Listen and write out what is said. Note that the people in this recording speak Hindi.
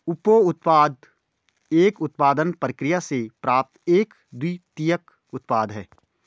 उपोत्पाद एक उत्पादन प्रक्रिया से प्राप्त एक द्वितीयक उत्पाद है